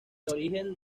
origen